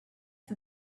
for